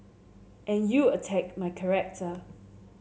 and you attack my character